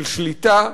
של שליטה,